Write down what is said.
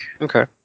Okay